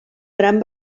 gran